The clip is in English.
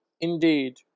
indeed